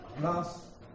Last